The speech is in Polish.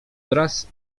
wraz